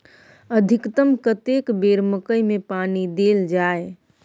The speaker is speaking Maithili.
अधिकतम कतेक बेर मकई मे पानी देल जाय?